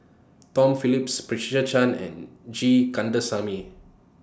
Tom Phillips Patricia Chan and G Kandasamy